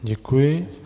Děkuji.